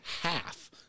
half